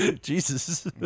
Jesus